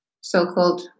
so-called